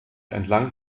entlang